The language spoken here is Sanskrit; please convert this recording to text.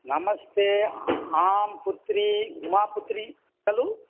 नमस्ते आं पुत्री उमापुत्री खलु